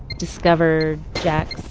discovered jack's,